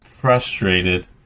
frustrated